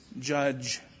judge